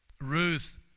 Ruth